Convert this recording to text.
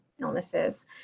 illnesses